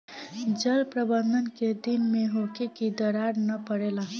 जल प्रबंधन केय दिन में होखे कि दरार न परेला?